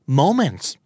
moments